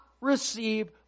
receive